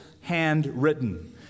handwritten